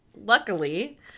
luckily